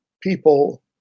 people